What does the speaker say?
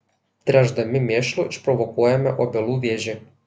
tręšdami mėšlu išprovokuojame obelų vėžį